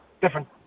different